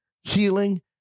healing